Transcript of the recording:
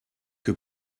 que